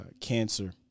cancer